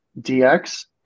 DX